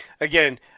again